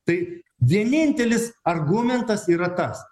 tai vienintelis argumentas yra tas